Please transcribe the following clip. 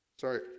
Sorry